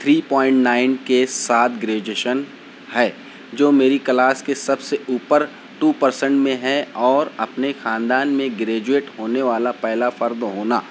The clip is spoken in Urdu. تھری پوائنٹ نائن کے ساتھ کریجویشن ہے جو میری کلاس کے سب سے اوپر ٹو پرسینٹ میں ہے اور اپنے خاندان میں کریجویٹ ہونے والا پہلا فرد ہونا